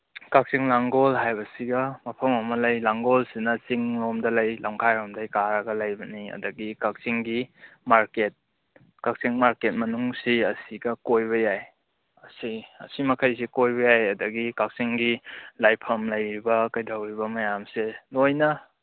ꯀꯛꯆꯤꯡ ꯂꯥꯡꯒꯣꯜ ꯍꯥꯏꯕꯁꯤꯒ ꯃꯐꯝ ꯑꯃ ꯂꯩ ꯂꯥꯡꯒꯣꯜꯁꯤꯅ ꯆꯤꯡꯂꯣꯝꯗ ꯂꯩ ꯂꯝꯈꯥꯏꯔꯣꯝꯗꯩ ꯀꯥꯒ ꯂꯩꯕꯅꯤ ꯑꯗꯒꯤ ꯀꯛꯆꯤꯡꯒꯤ ꯃꯥꯔꯀꯦꯠ ꯀꯛꯆꯤꯡ ꯃꯥꯔꯀꯦꯠ ꯃꯅꯨꯡꯁꯤ ꯑꯁꯤꯒ ꯀꯣꯏꯕ ꯌꯥꯏ ꯑꯁꯤ ꯑꯁꯤꯃꯈꯩꯁꯤ ꯀꯣꯏꯕ ꯌꯥꯏ ꯑꯗꯒꯤ ꯀꯛꯆꯤꯡꯒꯤ ꯂꯥꯏꯐꯝ ꯂꯩꯔꯤꯕ ꯀꯩꯗꯧꯔꯤꯕ ꯃꯌꯥꯝꯁꯦ ꯂꯣꯏꯅ